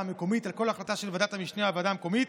המקומית על כל החלטה של ועדת המשנה או הוועדה המקומית,